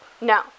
No